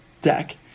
deck